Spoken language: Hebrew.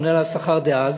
הממונה על השכר דאז,